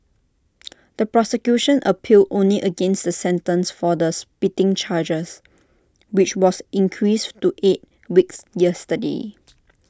the prosecution appealed only against the sentence for the spitting chargers which was increased to eight weeks yesterday